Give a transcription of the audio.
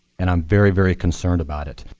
and i'm very, very concerned about it.